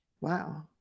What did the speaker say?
Wow